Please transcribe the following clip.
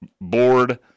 Board